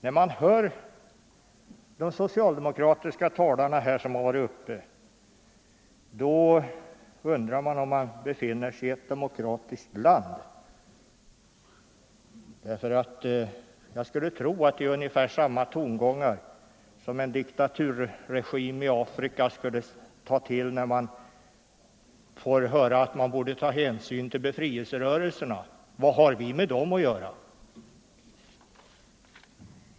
När man hör de socialdemokratiska talare som har varit uppe här, då undrar man om man befinner sig i ett demokratiskt land. Jag skulle tro att det är ungefär samma tongångar som man skulle ta till i en diktaturregim i Afrika, när man får höra att man borde ta hänsyn till befrielserörelserna: Vad har vi med dem att göra?